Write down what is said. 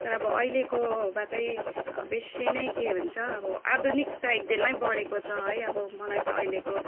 तर अब अहिलेको वा त्यही बेसी नै के भन्छ अब आधुनिकता एकदमै बढेको छ है अब मलाई त अहिलेको